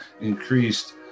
increased